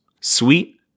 Sweet